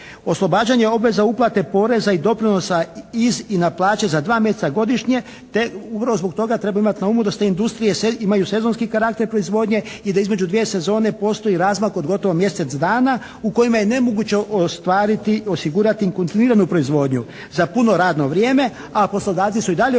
Oslobađanje obveze uplate poreza i doprinosa iz i na plaće za dva mjeseca godišnje te upravo zbog toga trebaju imati na umu da te industrije imaju sezonski karakter proizvodnje i da između dvije sezoni postoji razmak od gotovo mjesec dana u kojem je nemoguće ostvariti, osigurati kontinuiranu proizvodnju za puno radno vrijeme, a poslodavci su i dalje obvezni